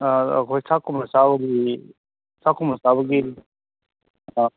ꯑꯩꯈꯣꯏ ꯆꯥꯛꯀꯨꯝꯕ ꯆꯥꯕꯒꯤ ꯆꯥꯛꯀꯨꯝꯕ ꯆꯥꯕꯒꯤ ꯑꯥ